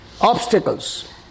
obstacles